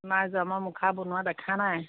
নাই যোৱা মই মুখা বনোৱা দেখা নাই